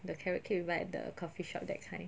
the carrot cake you buy at the coffee shop that kind